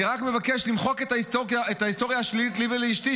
אני רק מבקש למחוק את ההיסטוריה השלילית לי ולאשתי,